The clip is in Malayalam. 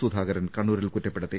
സുധാകരൻ കണ്ണൂ രിൽ കൂറ്റപ്പെടുത്തി